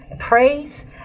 praise